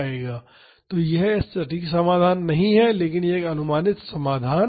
तो यह एक सटीक समाधान नहीं है लेकिन यह एक अनुमानित समाधान है